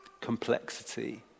complexity